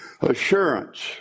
Assurance